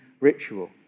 ritual